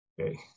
Okay